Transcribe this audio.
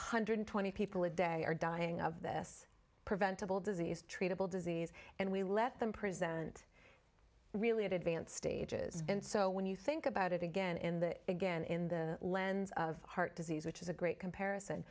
hundred twenty people a day are dying of this preventable disease treatable disease and we let them present really advanced stages and so when you think about it again in the again in the lens of heart disease which is a great comparison